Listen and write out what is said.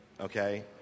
Okay